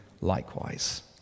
likewise